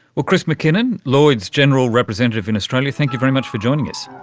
ah chris mackinnon, lloyd's general representative in australia, thank you very much for joining us.